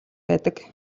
байдаг